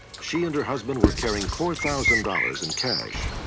she and her husband were carrying four thousand dollars in cash.